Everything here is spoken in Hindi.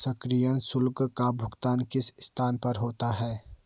सक्रियण शुल्क का भुगतान किस स्थान पर होता है?